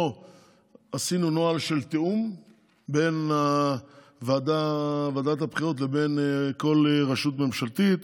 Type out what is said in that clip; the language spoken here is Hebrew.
פה עשינו נוהל של תיאום בין ועדת הבחירות לבין כל רשות ממשלתית,